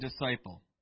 disciple